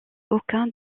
aucun